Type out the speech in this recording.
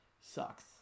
sucks